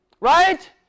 Right